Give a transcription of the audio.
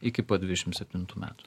iki pat dvidešimt septintų metų